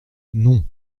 non